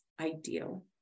ideal